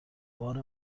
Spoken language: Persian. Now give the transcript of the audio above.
بار